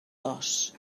dos